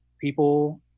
people